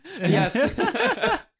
Yes